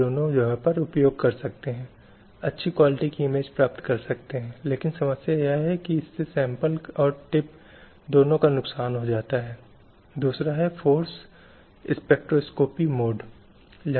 तो इसी तरह परिवार के भत्ते या अन्य भत्ते जो महिलाओं को दिए जाते हैं छुट्टियाँ जो पुरुषों और महिलाओं को दी जाती हैं जो उन्हें दिया जाता है एक तरह का समान व्यवहार होना चाहिए